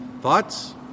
Thoughts